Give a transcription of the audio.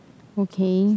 okay